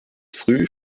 früh